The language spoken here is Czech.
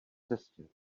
cestě